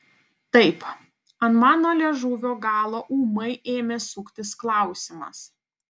taip ant mano liežuvio galo ūmai ėmė suktis klausimas